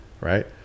Right